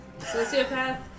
sociopath